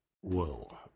whoa